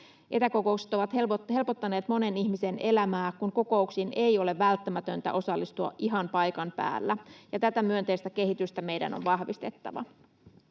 Etäkokoukset ovat helpottaneet monen ihmisen elämää, kun kokouksiin ei ole välttämätöntä osallistua ihan paikan päällä, ja tätä myönteistä kehitystä meidän on vahvistettava.